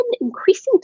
increasing